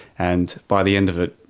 and by the end of it,